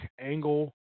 Angle